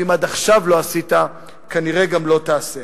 אם עד עכשיו לא עשית, כנראה גם לא תעשה.